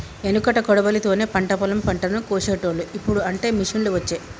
ఎనుకట కొడవలి తోనే పంట పొలం పంటను కోశేటోళ్లు, ఇప్పుడు అంటే మిషిండ్లు వచ్చే